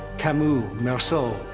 camus' meursalt,